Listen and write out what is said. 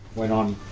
went on.